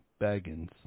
Baggins